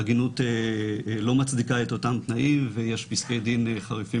עגינות לא מצדיקה את אותם תנאים ויש פסקי דין חריפים